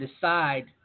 decide